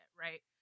Right